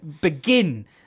begin